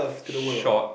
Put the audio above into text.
short